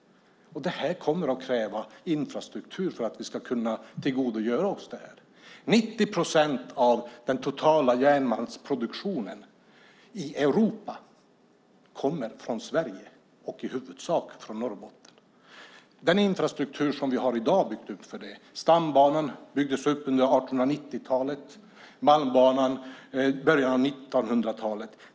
Det kommer att krävas infrastruktur för att vi ska kunna tillgodogöra oss det här. 90 procent av den totala järnmalmsproduktionen i Europa kommer från Sverige och i huvudsak från Norrbotten. Den infrastruktur som vi i dag har byggdes upp för det. Stambanan byggdes upp under 1890-talet och Malmbanan i början av 1900-talet.